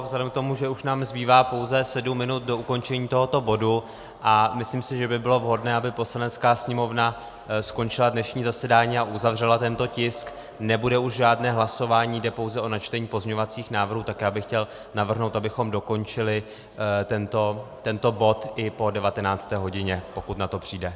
Vzhledem k tomu, že už nám zbývá pouze sedm minut do ukončení tohoto bodu a myslím si, že by bylo vhodné, aby Poslanecká sněmovna skončila dnešní zasedání a uzavřela tento tisk, nebude už žádné hlasování, jde pouze o načtení pozměňovacích návrhů, tak bych chtěl navrhnout, abychom dokončili tento bod i po 19. hodině, pokud na to přijde.